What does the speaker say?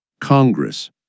Congress